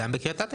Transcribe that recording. גם בקריית אתא.